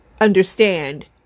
understand